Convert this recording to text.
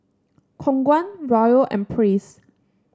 Khong Guan Raoul and Praise